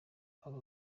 aba